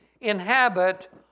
inhabit